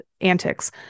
antics